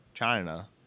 China